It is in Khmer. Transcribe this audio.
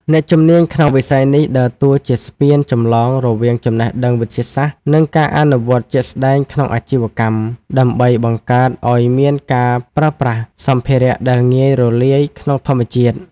អ្នកជំនាញក្នុងវិស័យនេះដើរតួជាស្ពានចម្លងរវាងចំណេះដឹងវិទ្យាសាស្ត្រ និងការអនុវត្តជាក់ស្ដែងក្នុងអាជីវកម្ម ដើម្បីបង្កើតឱ្យមានការប្រើប្រាស់សម្ភារៈដែលងាយរលាយក្នុងធម្មជាតិ។